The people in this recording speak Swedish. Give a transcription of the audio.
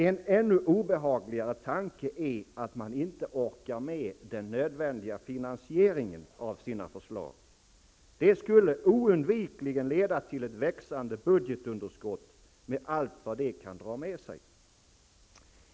En ännu obehagligare tanke är att man inte orkar med den nödvändiga finansieringen av sina förslag. Det skulle oundvikligen leda till ett växande budgetunderskott med allt vad det kan dra med sig.